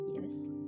yes